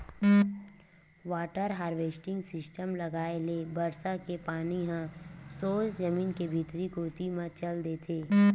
water harvesting system लगाए ले बरसा के पानी ह सोझ जमीन के भीतरी कोती म चल देथे